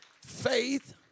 Faith